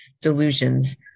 delusions